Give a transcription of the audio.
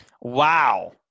Wow